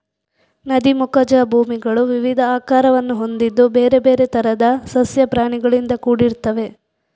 ನದಿ ಮುಖಜ ಭೂಮಿಗಳು ವಿವಿಧ ಆಕಾರವನ್ನು ಹೊಂದಿದ್ದು ಬೇರೆ ಬೇರೆ ತರದ ಸಸ್ಯ ಪ್ರಾಣಿಗಳಿಂದ ಕೂಡಿರ್ತವೆ